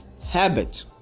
habit